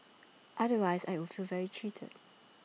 otherwise I would feel very cheated